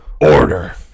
order